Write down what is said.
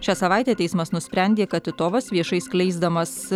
šią savaitę teismas nusprendė kad titovas viešai skleisdamas